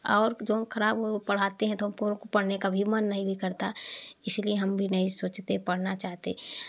और जऊन खराब हो पढ़ाते हैं तो हमको पढ़ने का भी मन नहीं करता इसीलिए हम भी नहीं सोचते पढ़ना चाहते